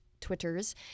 Twitters